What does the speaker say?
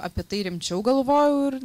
apie tai rimčiau galvojau ir